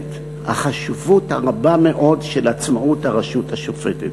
את החשיבות הרבה מאוד של עצמאות הרשות השופטת.